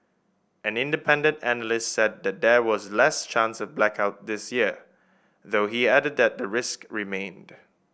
an independent analyst said that there was less chance of blackouts this year though he added that the risk remained